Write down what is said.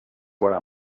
where